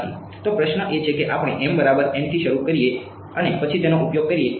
તો પ્રશ્ન એ છે કે આપણે m બરાબર n થી શું શરૂ કરીએ અને પછી તેનો ઉપયોગ કરીએ